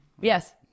Yes